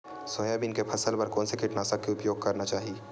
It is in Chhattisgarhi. सोयाबीन के फसल बर कोन से कीटनाशक के उपयोग करना चाहि?